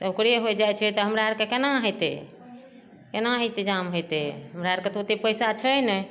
ओकरे होइ जाइ छै तऽ हमरा आरके केना हेतै केना इंतजाम हेतै हमरा आरके तऽ ओते पैसा छै नहि